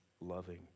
loving